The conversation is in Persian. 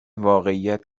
واقعیت